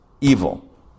evil